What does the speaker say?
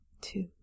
two